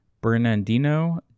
Bernardino